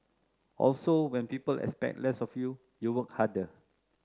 also when people expect less of you you work harder